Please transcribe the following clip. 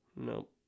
Nope